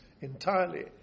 entirely